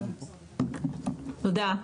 תודה.